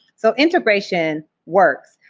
so integration works.